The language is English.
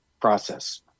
process